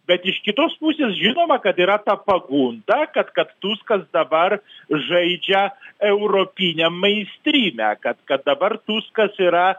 bet iš kitos pusės žinoma kad yra ta pagunda kad kad tuskas dabar žaidžia europiniam mainstryme kad kad dabar tuskas yra